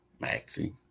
Maxie